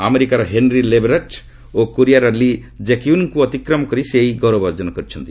ଆମେରିକାର ହେନରୀ ଲେବରେଟ୍ ଓ କୋରିଆର ଲି ଜେକୟୁନ୍ଙ୍କୁ ଅତିକ୍ରମ କରି ସେ ଏହି ଗୌରବ ଅର୍ଜନ କରିଛନ୍ତି